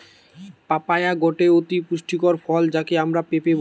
papaya গটে অতি পুষ্টিকর ফল যাকে আমরা পেঁপে বলি